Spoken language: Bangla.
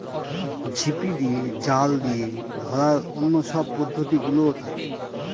ঝিপি দিয়ে, জাল দিয়ে ধরার অন্য সব পদ্ধতি গুলোও থাকে